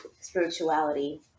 spirituality